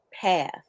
path